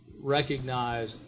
recognize